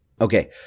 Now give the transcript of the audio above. Okay